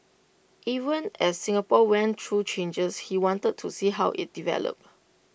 even as Singapore went through changes he wanted to see how IT developed